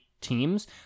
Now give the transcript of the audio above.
teams